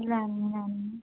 लेने लेने